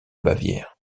bavière